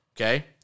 okay